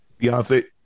Beyonce